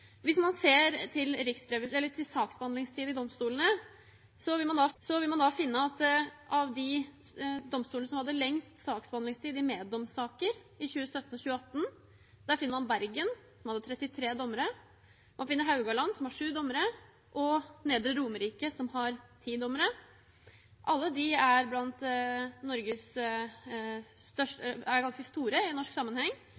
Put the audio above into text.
Hvis man ser på saksbehandlingstid i domstolene, vil man finne at av de domstolene som hadde lengst saksbehandlingstid i meddomssaker i 2017–2018, er Bergen, som har 33 dommere. Man finner Haugaland, som har 7 dommere, og Nedre Romerike, som har 10 dommere. Alle de er